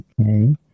okay